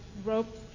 rope